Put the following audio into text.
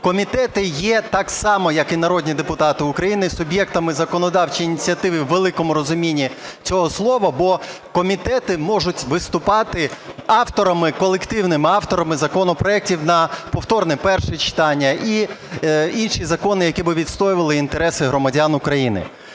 комітети є так само, як і народні депутати України, суб'єктами законодавчої ініціативи в великому розумінні цього слова, бо комітети можуть виступати авторами, колективними авторами законопроектів на повторне перше читання і інші закони, які би відстоювали інтереси громадян України.